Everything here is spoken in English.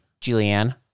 Julianne